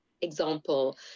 example